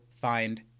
find